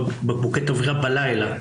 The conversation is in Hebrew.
בקבוקי תבערה בלילה,